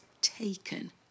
taken